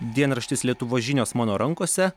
dienraštis lietuvos žinios mano rankose